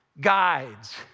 guides